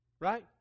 Right